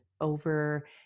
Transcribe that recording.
over